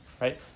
right